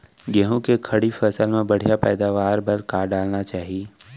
गेहूँ के खड़ी फसल मा बढ़िया पैदावार बर का डालना चाही?